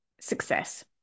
success